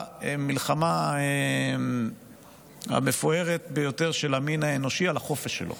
במלחמה המפוארת ביותר של המין האנושי על החופש שלו,